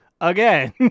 again